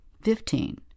Fifteen